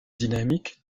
dynamique